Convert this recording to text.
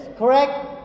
Correct